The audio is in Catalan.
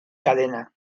cadena